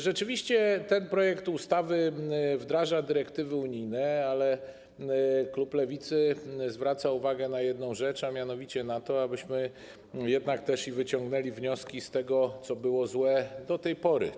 Rzeczywiście ten projekt ustawy wdraża dyrektywy unijne, ale klub Lewicy zwraca uwagę na jedną rzecz, a mianowicie na to, abyśmy jednak wyciągnęli wnioski z tego, co było do tej pory złe.